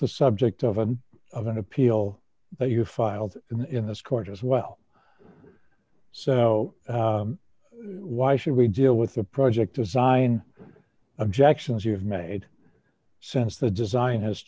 the subject of an of an appeal that you filed in this court as well so why should we deal with the project design objections you've made since the design has